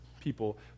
people